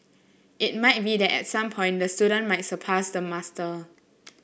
it might be that at some point the student might surpass the master